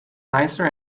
nicer